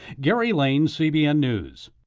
gary lane, cbn news.